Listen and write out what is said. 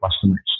customers